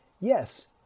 Yes